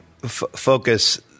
focus